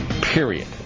Period